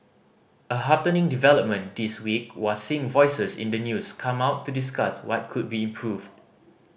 a heartening development this week was seeing voices in the news come out to discuss what could be improved